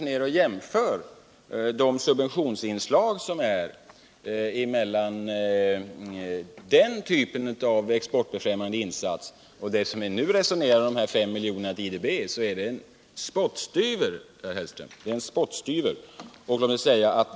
Om man jämför de subventionsinslag som förekommer i den typen av exportbefrämjande insats och de 5 miljonerna till IDB vi nu resonerar om, så är 5 miljoner en spottstyver, herr Hellström.